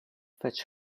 fetch